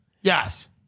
Yes